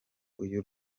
uyu